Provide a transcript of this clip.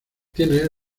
tiene